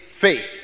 faith